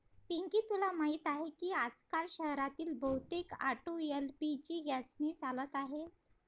पिंकी तुला माहीत आहे की आजकाल शहरातील बहुतेक ऑटो एल.पी.जी गॅसने चालत आहेत